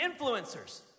influencers